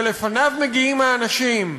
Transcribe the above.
שלפניו מגיעים האנשים,